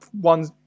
one